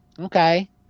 Okay